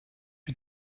you